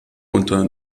unter